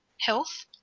health